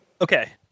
Okay